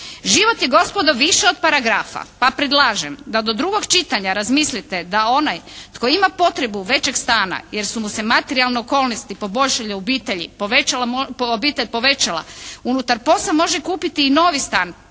Život je gospodo više od paragrafa pa predlažem da do drugog čitanja razmislite da onaj tko ima potrebu većeg stana jer su mu se materijalne okolnosti poboljšale u obitelji, obitelj povećala, unutar POS-a može kupiti i novi stan